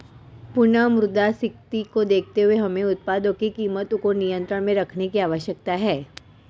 पुनः मुद्रास्फीति को देखते हुए हमें उत्पादों की कीमतों को नियंत्रण में रखने की आवश्यकता है